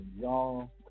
Y'all